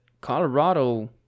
Colorado